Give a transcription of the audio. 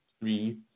three